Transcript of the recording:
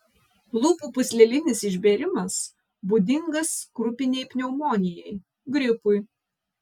lūpų pūslelinis išbėrimas būdingas krupinei pneumonijai gripui